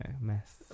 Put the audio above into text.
mess